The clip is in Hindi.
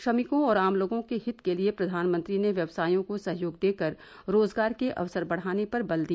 श्रमिकों और आम लोगों के हित के लिए प्रधानमंत्री ने व्यवसायों को सहयोग देकर रोजगार के अवसर बढाने पर बल दिया